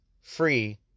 free